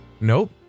Nope